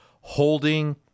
holding